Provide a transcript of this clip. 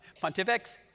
pontifex